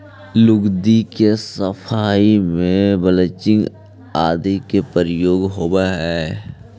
लुगदी के सफाई में ब्लीच आदि के प्रयोग होवऽ हई